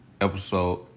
Episode